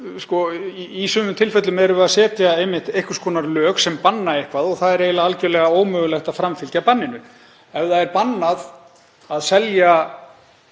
Í sumum tilfellum erum við einmitt að setja einhvers konar lög sem banna eitthvað og það er eiginlega algjörlega ómögulegt að framfylgja banninu. Ef það er bannað að selja